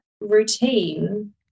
routine